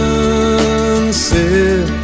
Sunset